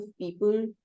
people